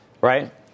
right